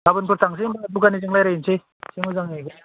गाबोनफोर थांसै होनबा दखानिजों रायज्लायहैनोसै एसे मोजाङै